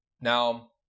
Now